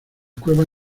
cuevas